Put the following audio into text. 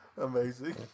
Amazing